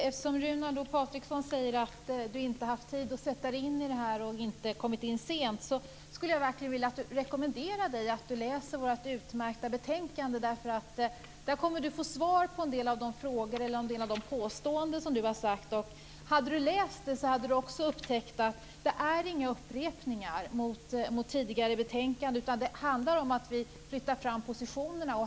Herr talman! Runar Patriksson säger att han inte har haft tid att sätta sig in i detta. Jag vill därför rekommendera Runar Patriksson att läsa vårt utmärkta betänkande. Där finns svar på en del av Runar Patrikssons påståenden. Det är inga upprepningar av tidigare betänkande. Det handlar om att vi flyttar fram positionerna.